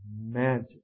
magic